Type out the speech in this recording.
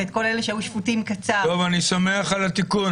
ואת כל אלה שהיו שפוטים לזמן קצר --- אני שמח על התיקון.